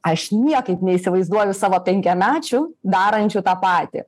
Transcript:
aš niekaip neįsivaizduoju savo penkiamečių darančių tą patį